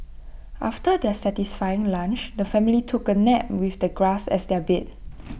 after their satisfying lunch the family took A nap with the grass as their bed